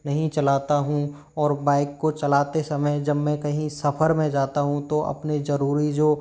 नहीं चलाता हूँ और बाइक को चलाते समय जब मैं कहीं सफर में जाता हूँ तो अपने जरूरी जो